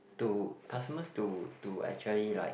to customers to to actually like